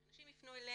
כשאנשים יפנו אלינו,